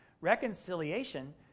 Reconciliation